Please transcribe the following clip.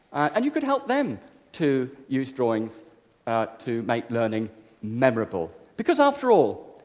and you could help them to use drawings to make learning memorable because after all,